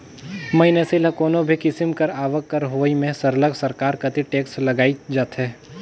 मइनसे ल कोनो भी किसिम कर आवक कर होवई में सरलग सरकार कती टेक्स लगाएच जाथे